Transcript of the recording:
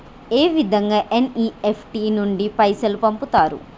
ఏ విధంగా ఎన్.ఇ.ఎఫ్.టి నుండి పైసలు పంపుతరు?